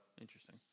Interesting